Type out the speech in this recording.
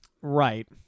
Right